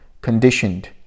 conditioned